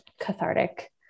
cathartic